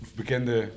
bekende